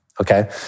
Okay